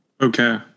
Okay